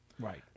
Right